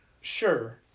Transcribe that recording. Sure